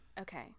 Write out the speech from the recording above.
Okay